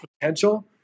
potential